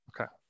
Okay